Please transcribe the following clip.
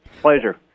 Pleasure